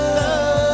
love